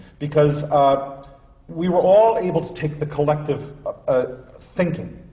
because we were all able to take the collective ah thinking,